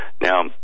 Now